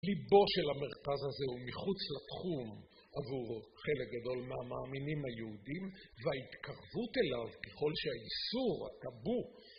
ליבו של המרכז הזה הוא מחוץ לתחום עבור חלק גדול מהמאמינים היהודים וההתקרבות אליו ככל שהאיסור הבו